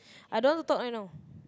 I don't want to talk right now